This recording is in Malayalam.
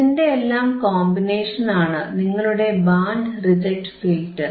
ഇതിന്റെയെല്ലാം കോമ്പിനേഷനാണ് നിങ്ങളുടെ ബാൻഡ് റിജക്ട് ഫിൽറ്റർ